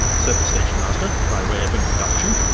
said the station-master, by way of introduction.